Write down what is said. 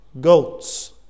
goats